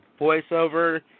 voiceover